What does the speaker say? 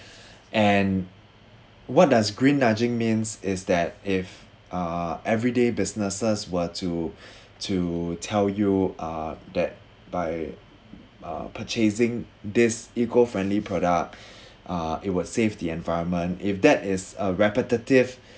and what does green nudging means is that if uh everyday businesses were to to tell you uh that by uh purchasing this eco friendly product uh it would save the environment if that is a repetitive